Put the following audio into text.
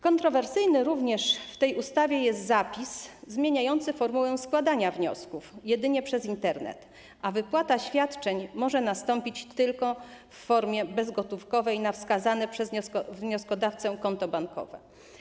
Kontrowersyjny również w tej ustawie jest zapis zmieniający formułę składania wniosków tak, że będzie to możliwe jedynie przez Internet, a wypłata świadczeń może nastąpić tylko w formie bezgotówkowej na wskazane przez wnioskodawcę konto bankowe.